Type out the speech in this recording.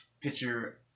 picture